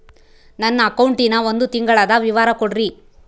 ನನ್ನ ಅಕೌಂಟಿನ ಒಂದು ತಿಂಗಳದ ವಿವರ ಕೊಡ್ರಿ?